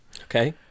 okay